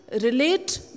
relate